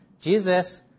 Jesus